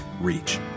reach